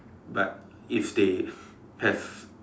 but if they have